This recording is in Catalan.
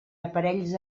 aparells